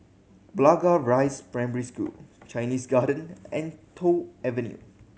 Blangah Rise Primary School Chinese Garden and Toh Avenue